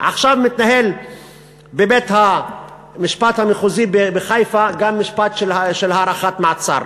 ועכשיו מתנהל בבית-המשפט המחוזי בחיפה גם משפט של הארכת מעצר,